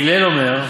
הלל אומר: